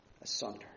asunder